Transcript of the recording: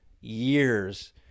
years